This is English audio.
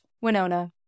Winona